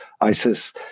ISIS